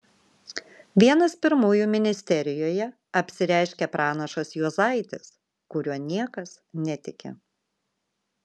vienas pirmųjų ministerijoje apsireiškia pranašas juozaitis kuriuo niekas netiki